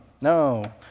No